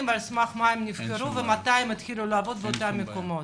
על סמך מה הם נבחרו ומתי הם התחילו לעבוד באותם מקומות.